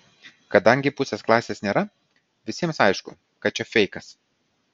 kadangi pusės klasės nėra visiems aišku kad čia feikas